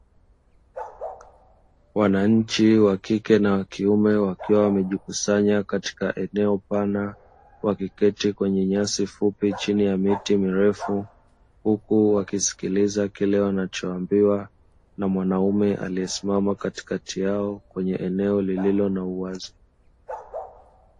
Wananchi wa kike na wa kiume wakiwa wamejikusanya katika eneo pana, wakiketi kwenye nyasi fupi chini ya miti mirefu huku wakisikiliza kile wanachoambiwa na mwanaume aliyesimama katikati yao; kwenye eneo lililo na uwazi.